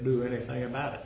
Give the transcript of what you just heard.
do anything about it